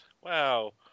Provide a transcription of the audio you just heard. Wow